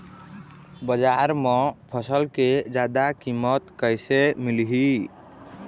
बजार म फसल के जादा कीमत कैसे मिलही?